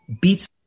beats